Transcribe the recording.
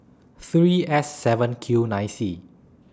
three S seven Q nine C